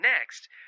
Next